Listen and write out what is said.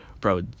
Bro